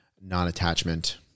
non-attachment